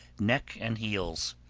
neck and heels.